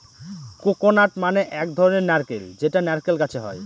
coconut মানে এক ধরনের নারকেল যেটা নারকেল গাছে হয়